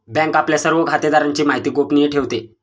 bank आपल्या सर्व खातेदारांची माहिती गोपनीय ठेवते